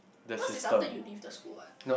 what is after you leave the school one